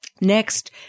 Next